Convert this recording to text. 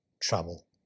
trouble